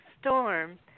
storm